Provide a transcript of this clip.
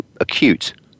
acute